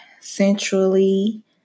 centrally